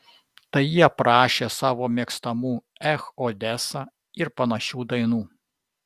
tai jie prašė savo mėgstamų ech odesa ir panašių dainų